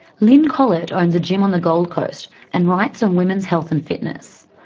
lyn collet owns a gym on the gold coast and writes on women's health and fitness.